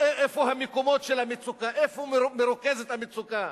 המקומות של המצוקה, איפה מרוכזת המצוקה.